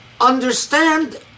understand